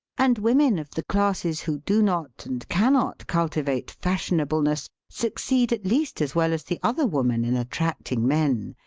and women of the classes who do not and cannot cultivate fashionableness succeed at least as well as the other woman in attracting men,